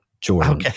Jordan